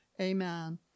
Amen